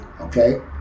okay